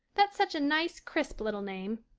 that's such a nice, crisp little name.